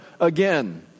again